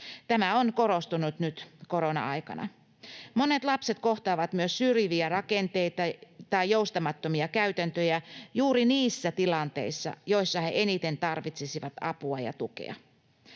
Tämä on korostunut nyt korona-aikana. Monet lapset kohtaavat myös syrjiviä rakenteita tai joustamattomia käytäntöjä juuri niissä tilanteissa, joissa he eniten tarvitsisivat apua ja tukea.